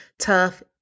tough